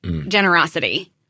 generosity